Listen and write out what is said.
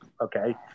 okay